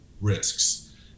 risks